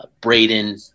Braden